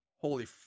Holy